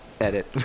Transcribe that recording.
Edit